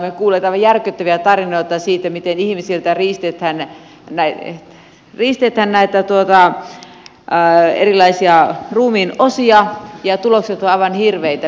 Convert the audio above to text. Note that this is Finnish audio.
olemme kuulleet aivan järkyttäviä tarinoita siitä miten ihmisiltä riistetään näitä erilaisia ruumiinosia ja tulokset ovat aivan hirveitä mitä olen kuullut